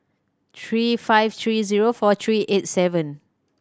three five three zero four three eight seven